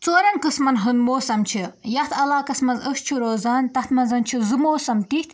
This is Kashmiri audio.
ژورَن قٕسمَن ہُنٛد موسم چھُ یَتھ علاقَس منٛز أسۍ چھِ روزان تَتھ منٛز چھِ زٕ موسَم تِتھۍ